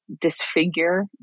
disfigure